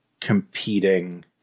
Competing